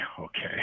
okay